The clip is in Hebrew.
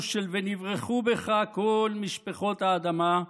הוא של "ונברכו בך כל משפחת האדמה"